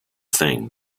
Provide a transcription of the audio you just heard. thing